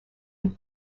and